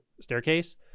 staircase